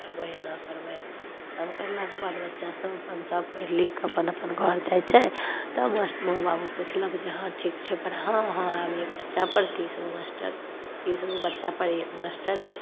करबै एना करबै सब करलाके बाद बच्चासभ अपन सभ पढ़ि लिखिके अपन अपन घर जाइ छै तब माँ बाबू पुछलक जे हँ ठीक छौ पढ़ाइ हँ हँ आब एक बच्चापर तीसगो मास्टर तीसगो बच्चापर एक मास्टर हइ